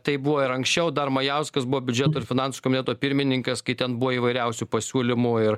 tai buvo ir anksčiau dar majauskas buvo biudžeto ir finansų komiteto pirmininkas kai ten buvo įvairiausių pasiūlymų ir